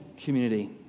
community